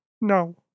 No